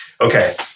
okay